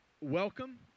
welcome